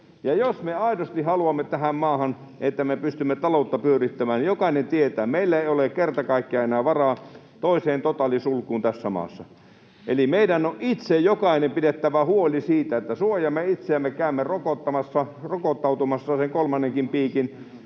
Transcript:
Ja jos me aidosti haluamme tähän maahan, että me pystymme taloutta pyörittämään, niin jokainen tietää, että meillä ei ole kerta kaikkiaan enää varaa toiseen totaalisulkuun tässä maassa. Eli meidän on jokaisen itse pidettävä huoli siitä, että suojaamme itseämme, käymme rokottautumassa sen kolmannenkin piikin,